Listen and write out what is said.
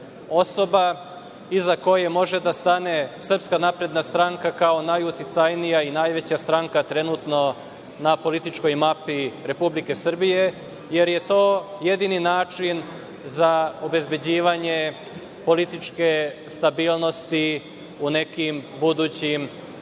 osoba iza koje može da stane SNS kao najuticajnija i najveća stranka trenutno na političkoj mapi Republike Srbije, jer je to jedini način za obezbeđivanje političke stabilnosti u nekim budućim vremenima.